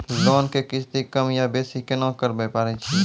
Loan के किस्ती कम या बेसी केना करबै पारे छियै?